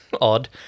Odd